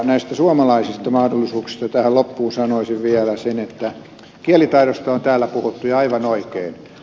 näistä suomalaisista mahdollisuuksista tähän loppuun sanoisin vielä sen että kielitaidosta on täällä puhuttu ja aivan oikein